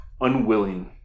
unwilling